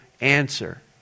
answer